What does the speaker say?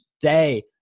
day